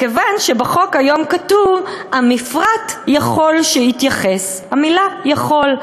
מכיוון שבחוק היום כתוב: "המפרט יכול שיתייחס"; המילה "יכול".